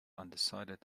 undecided